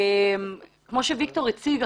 כמו שוויקטור הציג,